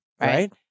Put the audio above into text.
right